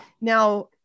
now